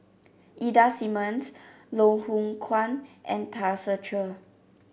Ida Simmons Loh Hoong Kwan and Tan Ser Cher